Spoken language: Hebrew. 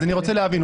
אז אני רוצה להבין.